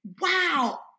Wow